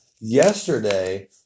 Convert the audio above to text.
yesterday